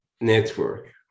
network